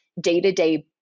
day-to-day